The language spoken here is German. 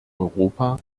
europa